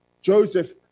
Joseph